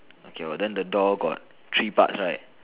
okay lor then the door got three parts right